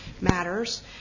Matters